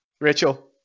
Rachel